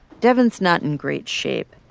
devyn's not in great shape.